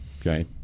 okay